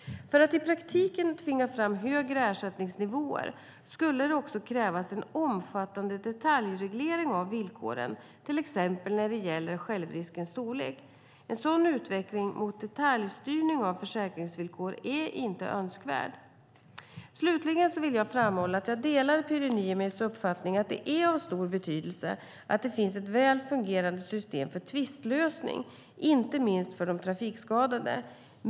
För att i praktiken tvinga fram högre ersättningsnivåer skulle det också krävas en omfattande detaljreglering av villkoren, till exempel när det gäller självriskens storlek. En sådan utveckling mot detaljstyrning av försäkringsvillkor är inte önskvärd. Slutligen vill jag framhålla att jag delar Pyry Niemis uppfattning att det är av stor betydelse att det finns ett väl fungerande system för tvistlösning, inte minst för de trafikskadade.